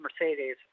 Mercedes